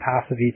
passive